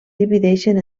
divideixen